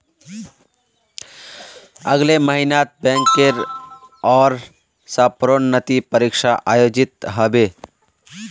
अगले महिनात बैंकेर ओर स प्रोन्नति परीक्षा आयोजित ह बे